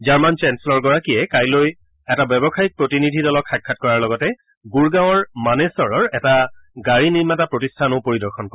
German চেঞ্চলৰ গৰাকীয়ে কাইলৈ এটা ব্যৱসায়িক প্ৰতিনিধি দলক সাক্ষাৎ কৰাৰ লগতে গুৰগাঁৱৰ মানেছৰৰ এটা গাড়ী নিৰ্মাতা প্ৰতিষ্ঠানো পৰিদৰ্শন কৰিব